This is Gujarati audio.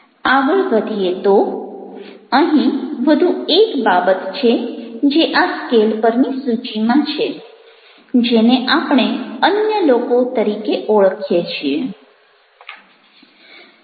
આગળ વધીએ તો અહીં વધુ એક બાબત છે જે આ સ્કેલ પરની સૂચિમાં છે જેને આપણે અન્ય લોકો તરીકે ઓળખીએ છીએ